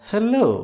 Hello